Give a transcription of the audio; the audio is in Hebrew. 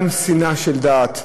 גם שנאה של דת.